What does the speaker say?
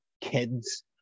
Kids